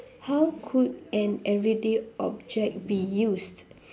how could an everyday object be used